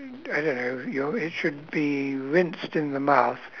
I don't know your it should be rinsed in the mouth